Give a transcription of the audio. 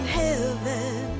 heaven